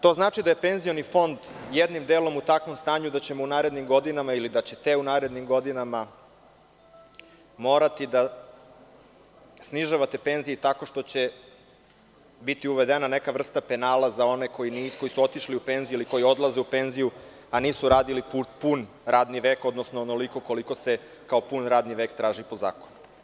To znači da je penzioni fond jednim delom u takvom stanju da ćemo u narednim godinama ili da ćete u narednim godinama morati da snižavate penzije tako što će biti uvedena neka vrsta penala za one koji su otišli u penziju ili koji odlaze u penziju, a nisu radili pun radni vek, odnosno onoliko koliko se kao pun radni vek traži po zakonu.